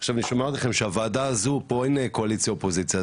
בוועדה הזאת אין קואליציה אופוזיציה,